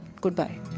goodbye